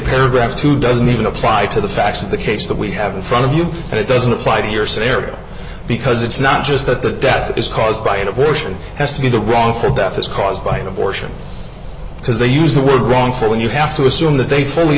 paragraph too doesn't even apply to the facts of the case that we have in front of you and it doesn't apply to your scenario because it's not just that the death is caused by an abortion has to be the wrong for deficit caused by an abortion because they used the word wrong for when you have to assume that they fully